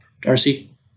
Darcy